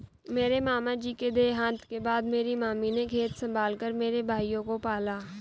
मेरे मामा जी के देहांत के बाद मेरी मामी ने खेत संभाल कर मेरे भाइयों को पाला